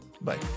Bye